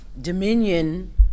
dominion